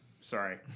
Sorry